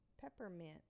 Peppermint